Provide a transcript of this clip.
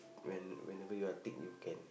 when whenever you are thick you can